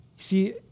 see